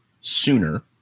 sooner